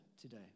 today